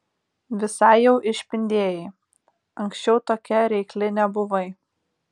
visai jau išpindėjai anksčiau tokia reikli nebuvai